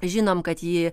žinom kad jį